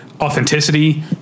authenticity